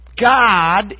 God